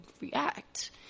react